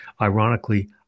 Ironically